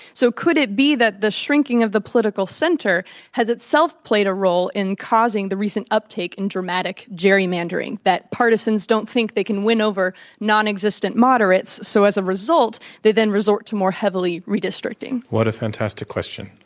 so, could it be that the shrinking of the political center has itself played a role in causing the recent uptake in dramatic gerrymandering that partisans don't think they can win over nonexistent moderates, so, as a result, they then resort to more heavily redistricting. what a fantastic question.